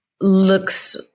looks